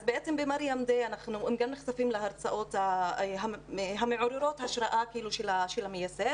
אז ב'מרים דיי' הם גם נחשפים להרצאות המעוררות השראה של המייסד